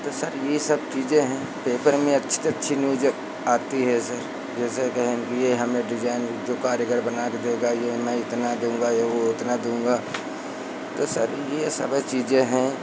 तो सर यह सब चीज़ें हैं पेपर में अच्छी तो अच्छी न्यूज आती है सर जैसे कहे कि यह हमें डिजाइन जो कारीगर बना कर देगा यह मैं इतना दूँगा यह वह उतना दूँगा तो सर यह सब चीज़ें हैं